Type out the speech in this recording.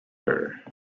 her